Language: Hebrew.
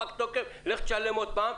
פג תוקף, לך תשלם פעם נוספת.